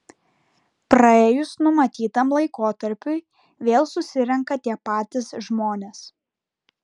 praėjus numatytam laikotarpiui vėl susirenka tie patys žmonės